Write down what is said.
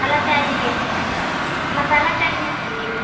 मसाला चाय भी मिल मसाला चाय भी मिलेगी